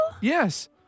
Yes